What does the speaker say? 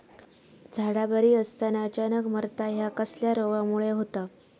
झाडा बरी असताना अचानक मरता हया कसल्या रोगामुळे होता?